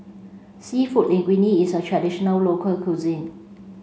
Seafood Linguine is a traditional local cuisine